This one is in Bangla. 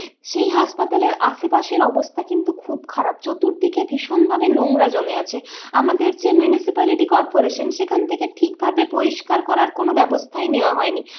সেই হাসপাতালের আশেপাশের অবস্থা কিন্তু খুব খারাপ চতুর্দিকে ভীষণ ভাবে নোংরা জমে আছে আমাদের যে মিউনিসিপালিটি কর্পোরেশন সেখান থেকে ঠিকভাবে পরিষ্কার করার কোনো ব্যবস্থাই নেওয়া হয়নি